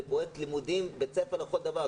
הוא פרויקט לימודים והוא בית ספר לכל דבר.